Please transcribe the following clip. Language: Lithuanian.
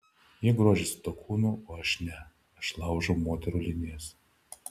jie grožisi tuo kūnu o aš ne aš laužau moterų linijas